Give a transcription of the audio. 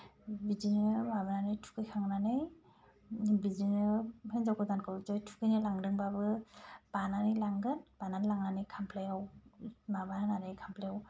बिदिनो माबानानै थुखैखांनानै बिदिनो हिनजाव गोदानखौ जै थुखैनो लांदोंब्लाबो बानानै लांगोन बानानै लांनानै खामफ्लायाव माबा होनानै खामफ्लायाव